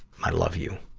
i love you.